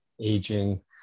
aging